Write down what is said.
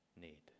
need